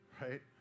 right